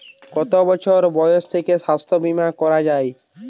কত বছর বয়স থেকে স্বাস্থ্যবীমা করা য়ায়?